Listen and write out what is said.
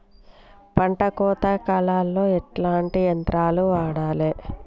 పంట కోత కాలాల్లో ఎట్లాంటి యంత్రాలు వాడాలే?